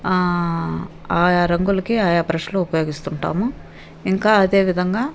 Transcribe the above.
ఆయా రంగులకి ఆయా బ్రష్లు ఉపయోగిస్తుంటాము ఇంకా అదే విధంగా